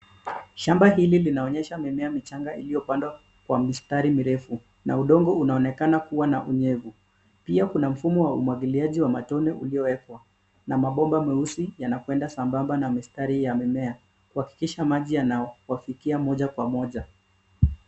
Shamba hili linaonyesha mimea michanga iliyopandwa kwa mistari mirefu, na udongo unaonekana kuwa na unyevu. Pia kuna mfumo wa umwagiliaji wa matone uliowekwa, na mabomba meusi yanakwenda sambamba na mistari ya mimea kuhakikisha maji yanawafikia moja kwa moja.